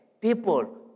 people